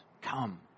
come